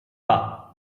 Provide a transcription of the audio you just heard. pas